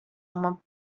uma